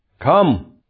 Come